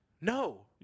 No